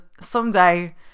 someday